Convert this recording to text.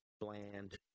bland